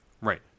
Right